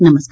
नमस्कार